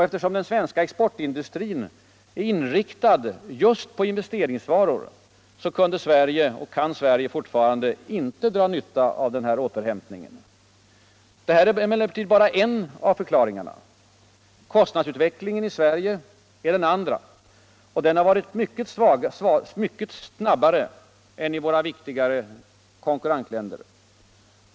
Eftersom den svenska exportindustrin är inriktad just på investeringsvaror, kunde Sverige inte, och kan fortfarande inte, dra nylta av denna återhämtning. Detta är emellertuid bara en av förklaringarna. K'ostnadsutvecklingen i Sverige är den'andra. Denna utveckling har varit mycket snabbare iän i våra viktigare konkurrentländer.